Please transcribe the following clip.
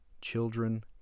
Children